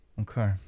okay